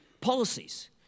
policies